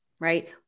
right